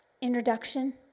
introduction